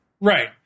right